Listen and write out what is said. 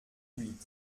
huit